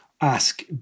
ask